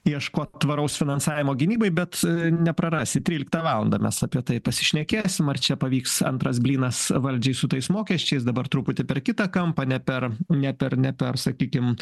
ieškot tvaraus finansavimo gynybai bet neprarasi tryliktą valandą mes apie tai pasišnekėsim ar čia pavyks antras blynas valdžiai su tais mokesčiais dabar truputį per kitą kampą ne per ne per ne per sakykim